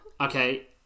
Okay